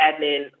admin